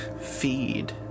feed